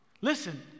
Listen